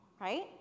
Right